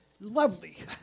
Lovely